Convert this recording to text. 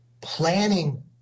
planning